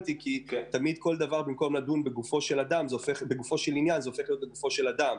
שתמיד כל דבר במקום לדון לגופו של ענין זה הופך לגופו של אדם,